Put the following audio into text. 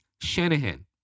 Shanahan